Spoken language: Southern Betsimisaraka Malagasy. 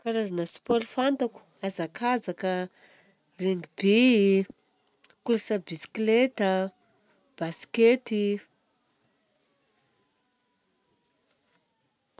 Karazana sport fantako: hazakazaka, rugby, course bisikileta, baskety.